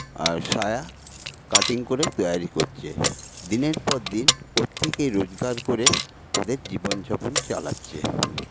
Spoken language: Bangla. আর সায়া কাটিং করে তৈরি করছে দিনের পর দিন ওর থেকে রোজগার করে ওদের জীবনযাপন চালাচ্ছে